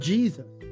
Jesus